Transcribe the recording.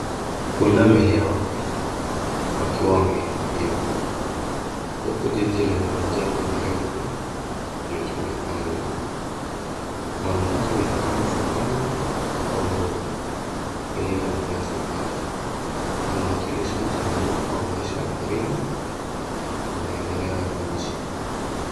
Pundamilia wawili wakiwa wamehifadhiwa, huku jiji lenye majengo marefu, likionekana nyuma. Mandhari ni kama savannah au mbuga, iliyo na nyasi kavu. Inawakilisha mchanganyiko wa maisha ya porini na maendeleo ya mji.